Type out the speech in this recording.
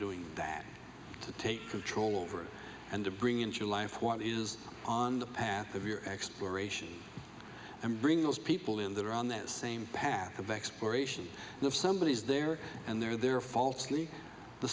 doing that to take control over and to bring into your life what is on the path of your exploration and bring those people in that are on that same path of exploration and if somebody is there and they're there falsely the